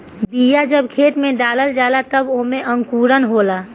बिया जब खेत में डला जाला तब ओमे अंकुरन होला